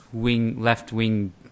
left-wing